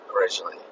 originally